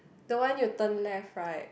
the one you turn left right